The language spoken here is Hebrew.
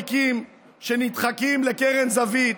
תיקים שנדחקים לקרן זווית,